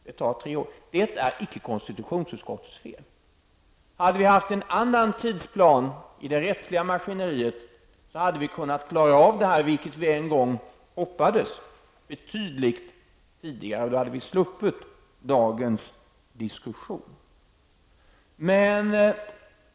Det är icke konstitutionsutskottets fel att det tar tre år. Hade vi haft en annan tidsplan i det rättsliga maskineriet hade vi kunnat klara av detta, vilket vi en gång hoppades, betydligt tidigare. Då hade vi sluppit dagens diskussion.